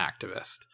activist